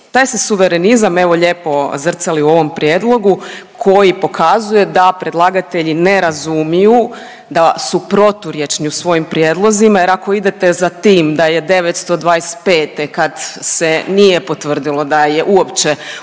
Taj se suverenizam evo lijepo zrcali u ovom prijedlogu koji pokazuje da predlagatelji ne razumiju da su proturječni u svojim prijedlozima jer ako idete za tim da je 925. kad se nije potvrdilo da je uopće